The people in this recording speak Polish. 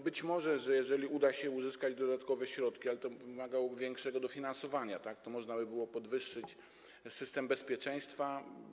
Być może, jeżeli udałoby się uzyskać dodatkowe środki, ale to wymagałoby większego dofinansowania, to można by było podwyższyć poziom systemu bezpieczeństwa.